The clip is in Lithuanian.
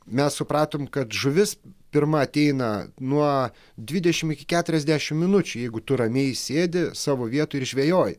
mes supratom kad žuvis pirma ateina nuo dvidešimt iki keturiasdešimt minučių jeigu tu ramiai sėdi savo vietoj ir žvejoji